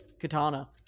katana